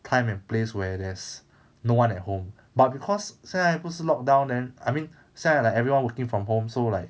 time and place where there's no one at home but because 现在不是 locked down then I mean 现在 like everyone working from home so like